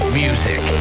music